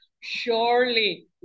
surely